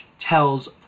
tells